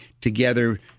together